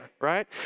right